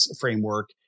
framework